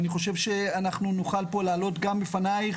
אני חושב שאנחנו נוכל פה לעלות גם בפנייך,